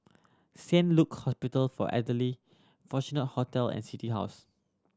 Saint Luke Hospital for Elderly Fortuna Hotel and City House